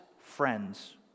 friends